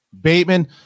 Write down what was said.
Bateman